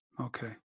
Okay